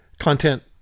content